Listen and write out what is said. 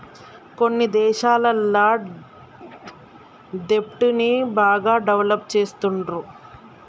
కొన్ని దేశాలల్ల దెబ్ట్ ని బాగా డెవలప్ చేస్తుండ్రు